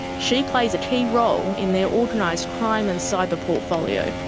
she plays a key role in their organised crime and cyber portfolio.